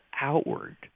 outward